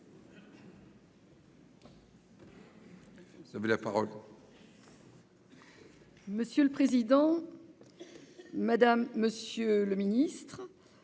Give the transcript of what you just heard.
Monsieur le président, madame, monsieur les ministres,